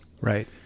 Right